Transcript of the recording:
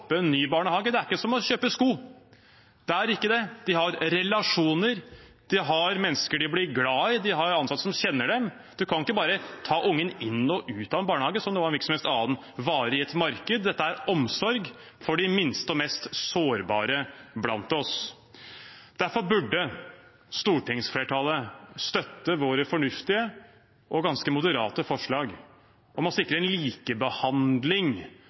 ny barnehage ikke som å kjøpe sko. Det er ikke det. Barna har relasjoner, de har mennesker de blir glad i, de har ansatte som kjenner dem. Man kan ikke bare ta ungen sin inn og ut av barnehager som om det var en hvilken som helst vare i et marked. Dette handler om omsorg for de minste og mest sårbare blant oss. Derfor burde stortingsflertallet støtte våre fornuftige og ganske moderate forslag om å sikre likebehandling